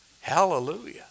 Hallelujah